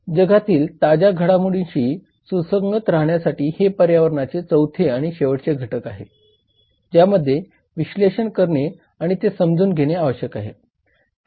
जगातील ताज्या घडामोडींशी सुसंगत राहण्यासाठी हे पर्यावरणाचे चौथे आणि शेवटचा घटक आहे ज्याचे विश्लेषण करणे आणि ते समजून घेणे आवश्यक आहे